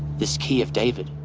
this key of david,